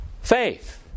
Faith